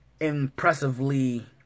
impressively